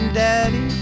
daddy